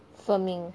filming